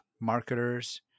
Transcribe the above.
marketers